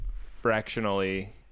fractionally